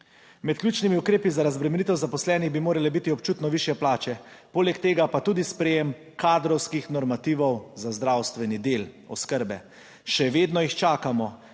Med ključnimi ukrepi za razbremenitev zaposlenih bi morale biti občutno višje plače, poleg tega pa tudi sprejem kadrovskih normativov za zdravstveni del oskrbe. Še vedno jih čakamo.